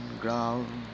ground